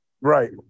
Right